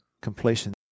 completion